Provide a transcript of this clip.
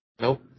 Nope